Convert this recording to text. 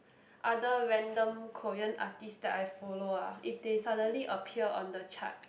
other random Korean artist that I follow ah if they suddenly appear on the chart